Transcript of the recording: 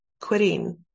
quitting